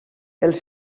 els